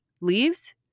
leaves